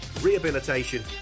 rehabilitation